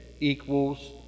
Equals